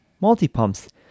multi-pumps